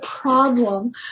problem